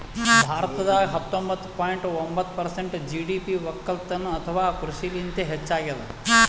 ಭಾರತದಾಗ್ ಹತ್ತೊಂಬತ್ತ ಪಾಯಿಂಟ್ ಒಂಬತ್ತ್ ಪರ್ಸೆಂಟ್ ಜಿ.ಡಿ.ಪಿ ವಕ್ಕಲತನ್ ಅಥವಾ ಕೃಷಿಲಿಂತೆ ಹೆಚ್ಚಾಗ್ಯಾದ